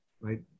right